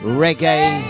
reggae